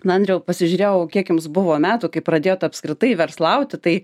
na andriau pasižiūrėjau kiek jums buvo metų kai pradėjot apskritai verslauti tai